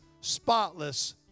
spotless